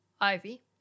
ivy